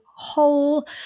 whole